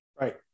right